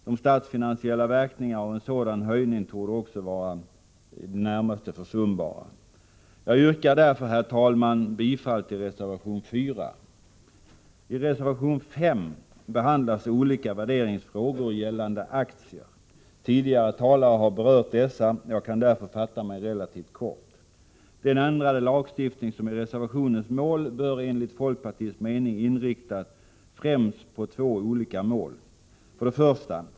De statsfinansiella verkningarna av en sådan höjning torde också vara i det närmaste försumbara. Jag yrkar därför, herr talman, bifall till reservation 4. I reservation 5 behandlas olika värderingsfrågor gällande aktier. Tidigare talare har berört dessa. Jag kan därför fatta mig relativt kort. Den ändrade lagstiftning som är reservationens mål bör enligt folkpartiets mening inriktas främst på två olika mål. 1.